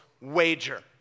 wager